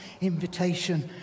invitation